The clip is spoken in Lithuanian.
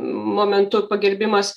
momentu pagerbimas